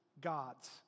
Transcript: God's